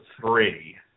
three